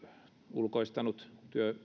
ulkoistanut